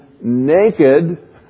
naked